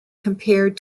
compared